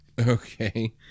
Okay